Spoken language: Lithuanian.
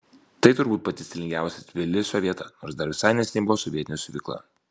tai turbūt pati stilingiausia tbilisio vieta nors dar visai neseniai buvo sovietinė siuvykla